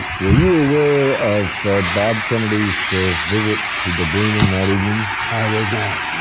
were you aware of bob kennedy's visit to dobrynin that evening? i was not.